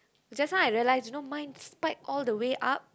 just now I realised you know mine spiked all the way up